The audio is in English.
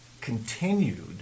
continued